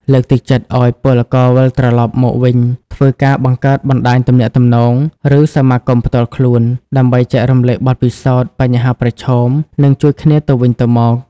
លើកទឹកចិត្តឱ្យពលករវិលត្រឡប់មកវិញធ្វើការបង្កើតបណ្តាញទំនាក់ទំនង ឬសមាគមផ្ទាល់ខ្លួន ដើម្បីចែករំលែកបទពិសោធន៍ បញ្ហាប្រឈម និងជួយគ្នាទៅវិញទៅមក។